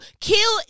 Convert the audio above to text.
kill